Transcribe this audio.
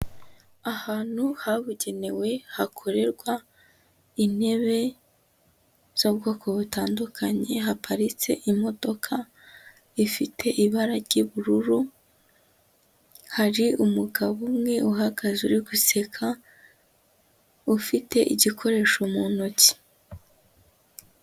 Ahantu habugenewe hakorerwa intebe z'ubwoko butandukanye, haparitse imodoka ifite ibara ry'ubururu, hari umugabo umwe uhagaze uri guseka ufite igikoresho mu ntoki.